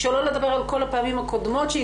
שלא לדבר על כל הפעמים הקודמות שהיא